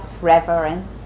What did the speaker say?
reverence